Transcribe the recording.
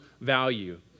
value